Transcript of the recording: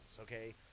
Okay